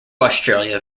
australia